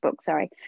sorry